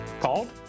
called